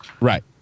Right